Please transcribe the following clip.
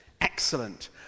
Excellent